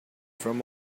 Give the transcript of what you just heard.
from